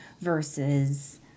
versus